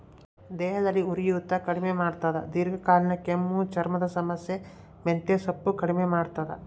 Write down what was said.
ದೇಹದಲ್ಲಿ ಉರಿಯೂತ ಕಡಿಮೆ ಮಾಡ್ತಾದ ದೀರ್ಘಕಾಲೀನ ಕೆಮ್ಮು ಚರ್ಮದ ಸಮಸ್ಯೆ ಮೆಂತೆಸೊಪ್ಪು ಕಡಿಮೆ ಮಾಡ್ತಾದ